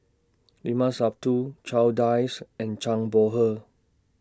Limat Sabtu Charles Dyce and Zhang Bohe